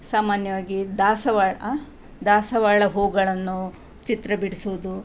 ಸಾಮಾನ್ಯವಾಗಿ ದಾಸವಾಳ ಹಾಂ ದಾಸವಾಳ ಹೂವುಗಳನ್ನು ಚಿತ್ರ ಬಿಡ್ಸೋದು